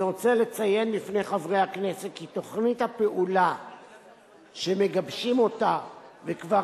אני רוצה לציין בפני חברי הכנסת כי תוכנית הפעולה שמגבשים אותה וכבר,